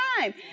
time